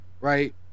right